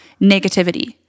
negativity